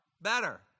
better